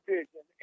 Vision